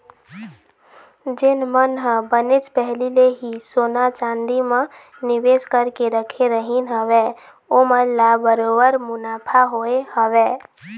जेन मन ह बनेच पहिली ले ही सोना चांदी म निवेस करके रखे रहिन हवय ओमन ल बरोबर मुनाफा होय हवय